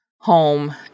home